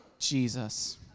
Jesus